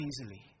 easily